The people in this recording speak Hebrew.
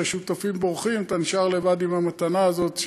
שהשותפים בורחים ואתה נשאר לבד עם המתנה הזאת.